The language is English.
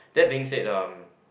that being said uh